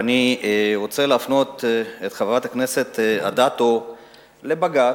ואני רוצה להפנות את חברת הכנסת אדטו לבג"ץ,